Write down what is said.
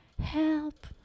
help